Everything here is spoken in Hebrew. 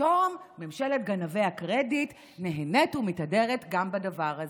ופתאום ממשלת גנבי הקרדיט נהנית ומתהדרת גם בדבר הזה.